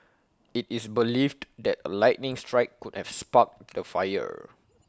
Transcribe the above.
IT is believed that A lightning strike could have sparked the fire